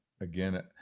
again